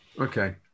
Okay